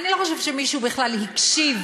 אני לא חושבת שמישהו בכלל הקשיב